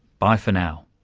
bye for now